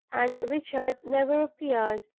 and richard never appeared.